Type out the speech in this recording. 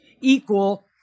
equal